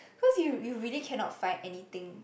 cause you you really cannot find anything